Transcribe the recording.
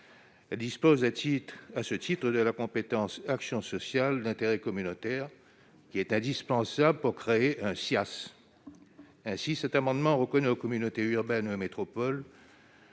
Elles bénéficient à ce titre de la compétence d'action sociale d'intérêt communautaire, qui est indispensable pour créer un CIAS. Il convient de reconnaître aux communautés urbaines et aux métropoles